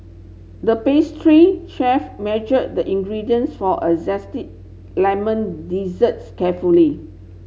the pastry chef measured the ingredients for a zesty lemon desserts carefully